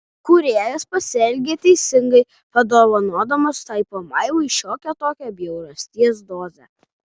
kūrėjas pasielgė teisingai padovanodamas tai pamaivai šiokią tokią bjaurasties dozę